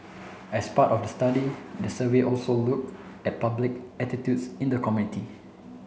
as part of the study the survey also look at public attitudes in the community